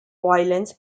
violence